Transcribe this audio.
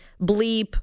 bleep